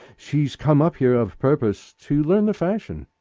she's come up here of purpose to learn the fashion.